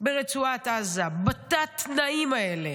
ברצועת עזה, בתת-תנאים האלה,